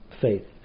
faith